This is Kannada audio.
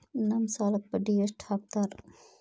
ನಮ್ ಸಾಲಕ್ ಬಡ್ಡಿ ಎಷ್ಟು ಹಾಕ್ತಾರ?